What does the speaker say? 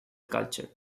culture